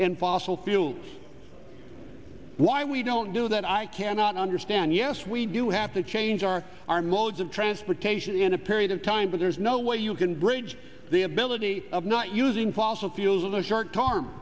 and fossil fuel why we don't do that i cannot understand yes we do have to change our our modes of transportation in a period of time but there's no way you can bridge the ability of not using fossil fuels of the short term